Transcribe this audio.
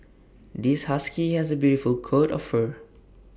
this husky has A beautiful coat of fur